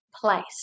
place